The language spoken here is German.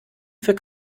für